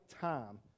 time